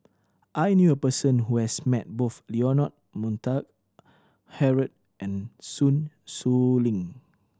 I knew a person who has met both Leonard Montague Harrod and Sun Xueling